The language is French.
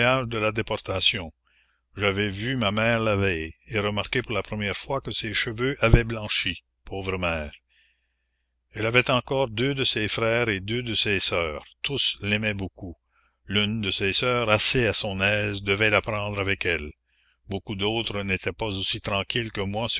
de la déportation j'avais vu ma mère la veille et remarqué pour la première fois que ses cheveux avaient blanchi pauvre mère elle avait encore deux de ses frères et deux de ses sœurs tous l'aimaient beaucoup l'une de ses sœurs assez à son aise devait la prendre avec elle beaucoup d'autres n'étaient pas aussi tranquilles que moi